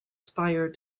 spire